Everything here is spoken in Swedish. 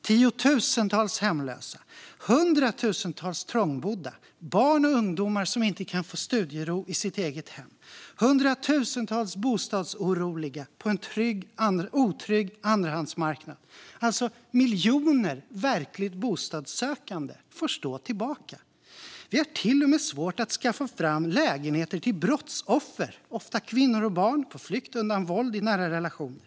Tiotusentals hemlösa, hundratusentals trångbodda, barn och ungdomar som inte kan få studiero i sitt eget hem, hundratusentals bostadsoroliga på en otrygg andrahandsmarknad, alltså miljoner verkligt bostadssökande, får stå tillbaka. Vi har till och med svårt att skaffa fram lägenheter till brottsoffer, ofta kvinnor och barn, på flykt undan våld i nära relationer.